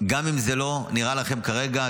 גם אם זה לא נראה לכם כרגע,